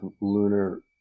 lunar